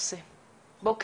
בסך